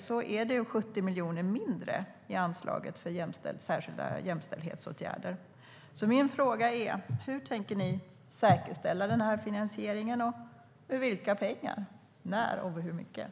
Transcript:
Det är 70 miljoner mindre i anslaget för särskilda jämställdhetsåtgärder.